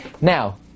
Now